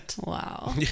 Wow